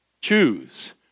Choose